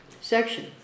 section